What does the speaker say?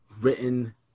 written